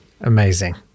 amazing